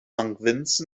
vincent